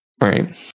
Right